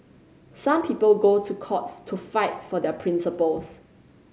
some people go to court to fight for their principles